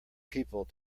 people